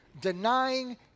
denying